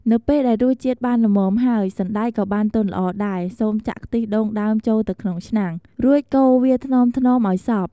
នៅពេលដែលរសជាតិបានល្មមហើយ សណ្ដែកក៏បានទន់ល្អដែរ សូមចាក់ ខ្ទិះដូងដើមចូលទៅក្នុងឆ្នាំង រួចកូរវាថ្នមៗឱ្យសព្វ។